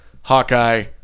Hawkeye